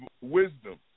wisdom